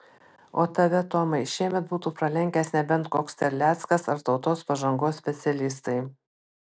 o tave tomai šiemet būtų pralenkęs nebent koks terleckas ar tautos pažangos specialistai